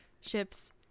ships